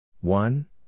one